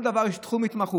בכל דבר יש תחום התמחות.